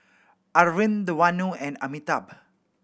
Arvind Vanu and Amitabh